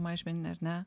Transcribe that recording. mažmeninė ar ne